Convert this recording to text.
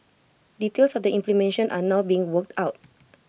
details of the implementation are now being worked out